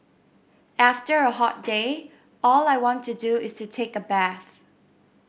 after a hot day all I want to do is to take a bath